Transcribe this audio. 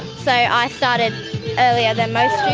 so i started earlier than most